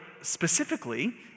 specifically